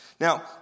Now